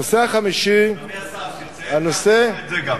הנושא החמישי, אדוני השר, תציין, גם את זה.